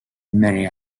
many